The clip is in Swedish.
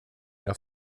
jag